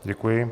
Děkuji.